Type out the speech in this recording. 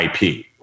IP